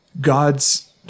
God's